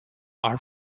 are